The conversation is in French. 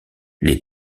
les